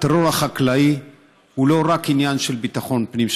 הטרור החקלאי הוא לא רק עניין של ביטחון פנים,